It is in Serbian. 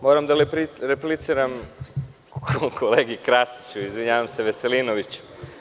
Moram da repliciram kolegi Krasiću, izvinjavam se, Veselinoviću.